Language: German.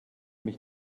mich